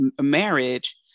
marriage